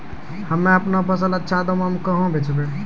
हम्मे आपनौ फसल अच्छा दामों मे कहाँ बेचबै?